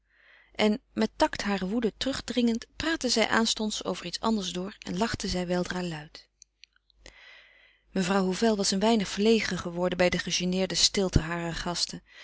en met tact hare woede terugdringend praatte zij aanstonds over iets anders door en lachte zij weldra luid mevrouw hovel was een weinig verlegen geworden bij de gegeneerde stilte harer gasten